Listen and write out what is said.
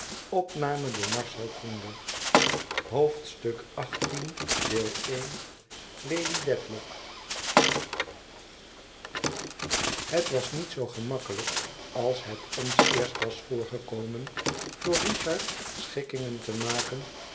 het was niet zoo gemakkelijk als het ons eerst was voorgekomen voor richard schikkingen te maken